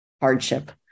hardship